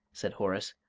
said horace,